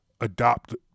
adopt